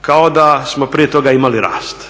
Kao da smo prije toga imali rast,